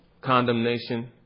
Condemnation